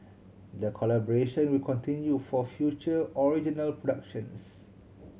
the collaboration will continue for future original productions